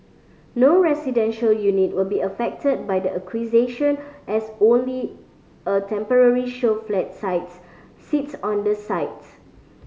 no residential unit will be affected by the acquisition as only a temporary show flats sites sits on the sites